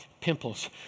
pimples